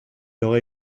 aurait